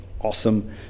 awesome